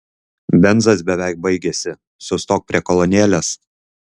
benzas beveik baigėsi sustok prie kolonėlės